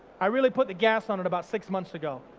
i really put the gas on at about six months ago.